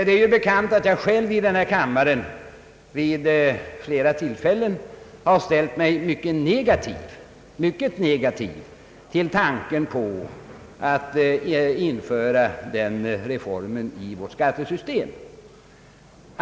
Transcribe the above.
Det är bekant att jag själv i denna kammare vid ett par tillfällen har ställt mig mycket negativ till tanken på införande av den reformen i vårt skattesystem.